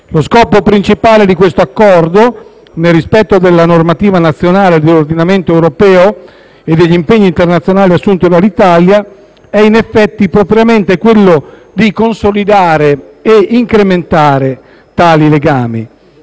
Lo scopo principale di questo Accordo, nel rispetto della normativa nazionale, dell'ordinamento europeo e degli impegni internazionali assunti dall'Italia, è in effetti propriamente quello di consolidare e di incrementare tali legami.